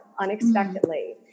unexpectedly